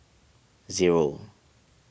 zero